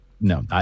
no